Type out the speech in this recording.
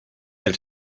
del